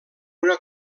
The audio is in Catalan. una